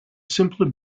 simply